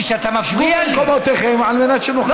שבו במקומותיכם על מנת שנוכל להצביע.